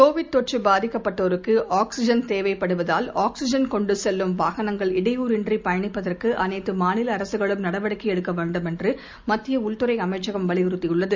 Covid தொற்றபாதிக்கப்பட்டோருக்கு oxygen தேவைப்படுவதால் oxygen கொண்டுசெல்லும் வாகனங்கள் இடையூறன்றிபயணிப்பதற்குஅனைத்தமாநிலஅரசுகளும் நடவடிக்கைஎடுக்கவேண்டும் என்றுமத்தியஉள்துறைஅமைச்சகம் வலியுறுத்தியுள்ளது